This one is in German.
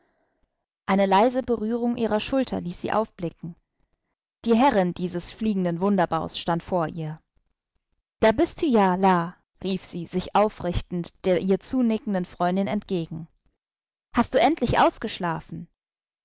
eine leise berührung ihrer schulter ließ sie aufblicken die herrin dieses fliegenden wunderbaus stand vor ihr da bist du ja la rief sie sich aufrichtend der ihr zunickenden freundin entgegen hast du endlich ausgeschlafen